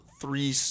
three